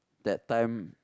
that time